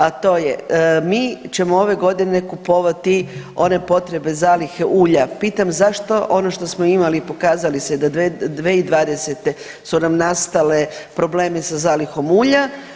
A to je, mi ćemo ove godine kupovati one potrebe zalihe ulja, pitam zašto ono što smo imali pokazalo se da 2020. su nam nastale problemi sa zalihom ulja.